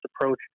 approach